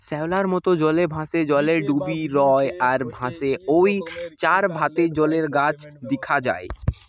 শ্যাওলার মত, জলে ভাসে, জলে ডুবি রয় আর ভাসে ঔ চার জাতের জলের গাছ দিখা যায়